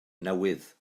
newydd